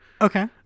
Okay